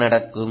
என்ன நடக்கும்